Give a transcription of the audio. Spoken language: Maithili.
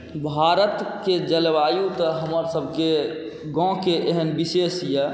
भारतके जलवायु तऽ हमरसबके गामके एहन विशेष अइ